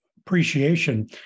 appreciation